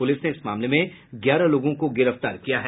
police ने इस मामले में ग्यारह लोगों को गिरफ्तार किया है